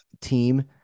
team